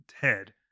Ted